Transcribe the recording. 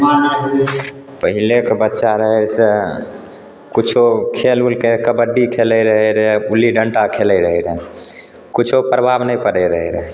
पहिलेक बच्चा रहै से किछु खेल ओलके कबड्डी खेलै रहै रऽ गुल्ली डण्टा खेलै रहै रऽ किछु प्रभाब नहि पड़ै रहै रऽ